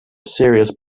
serious